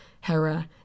Hera